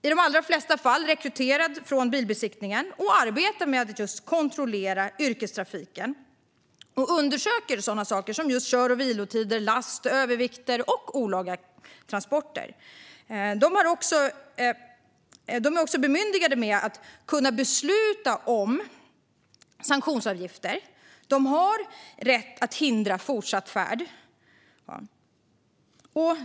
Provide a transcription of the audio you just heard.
I de allra flesta fall är bilinspektören rekryterad från bilbesiktningen och arbetar med att just kontrollera yrkestrafiken och att undersöka saker som kör och vilotider, last, övervikt och olaga transporter. Bilinspektörer är också bemyndigade att besluta om sanktionsavgifter. De har rätt att hindra fortsatt färd.